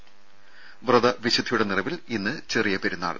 ത വ്രതവിശുദ്ധിയുടെ നിറവിൽ ഇന്ന് ചെറിയ പെരുന്നാൾ